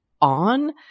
on